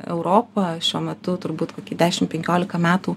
europa šiuo metu turbūt kokį dešimt penkiolika metų